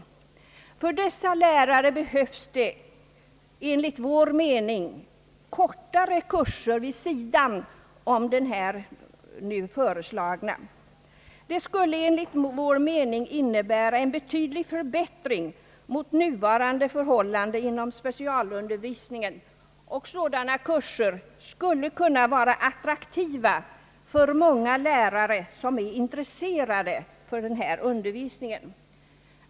För dessa lärare behövs det enligt vår mening kortare kurser vid sidan om den nu föreslagna. Det skulle enligt vår mening innebära en betydande förbättring mot nuvarande förhållanden inom specialundervisningen. Sådana kurser skulle kunna vara attraktiva för många lärare som är intresserade av denna undervisning.